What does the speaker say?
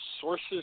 sources